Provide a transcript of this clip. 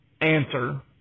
answer